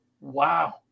Wow